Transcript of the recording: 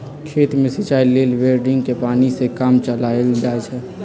खेत में सिचाई लेल बोड़िंगके पानी से काम चलायल जाइ छइ